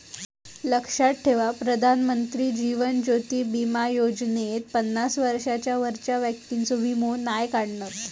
लक्षात ठेवा प्रधानमंत्री जीवन ज्योति बीमा योजनेत पन्नास वर्षांच्या वरच्या व्यक्तिंचो वीमो नाय काढणत